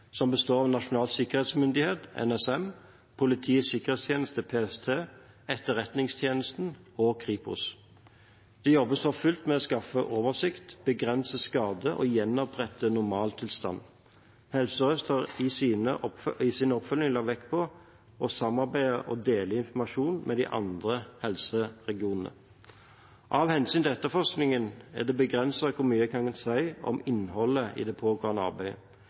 som består av NSM, PST, Etterretningstjenesten og Kripos. Det jobbes for fullt med å skaffe oversikt, begrense skader og gjenopprette normaltilstand. Helse Sør-Øst har i sin oppfølging lagt vekt på å samarbeide og dele informasjon med de andre helseregionene. Av hensyn til etterforskningen er det begrenset hvor mye jeg kan si om innholdet i det pågående arbeidet.